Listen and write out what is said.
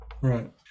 Right